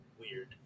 weird